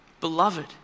beloved